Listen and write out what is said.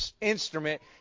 instrument